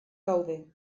gaude